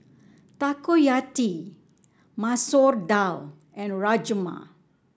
Takoyaki Masoor Dal and Rajma